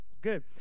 Good